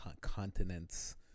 continents